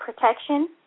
protection